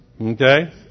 okay